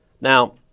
Now